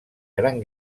gran